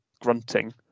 grunting